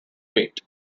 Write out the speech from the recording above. fate